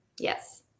Yes